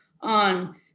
on